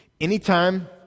Anytime